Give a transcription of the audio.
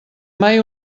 mai